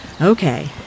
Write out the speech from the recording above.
Okay